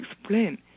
explain